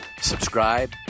subscribe